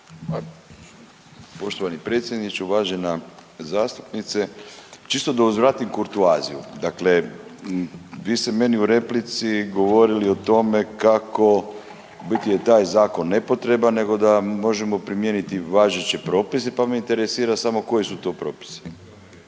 Poštovani predsjedniče, uvažena zastupnice, čisto da uzvratim kurtoaziju, dakle vi ste meni u replici govorili o tome kako u biti je taj zakon nepotreban, nego da možemo primijeniti važeće propise pa me interesira samo koji su to propisi.